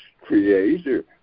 creator